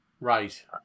Right